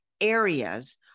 areas